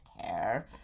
care